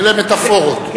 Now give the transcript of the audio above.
אלה מטאפורות.